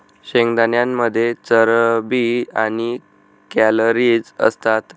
शेंगदाण्यांमध्ये चरबी आणि कॅलरीज असतात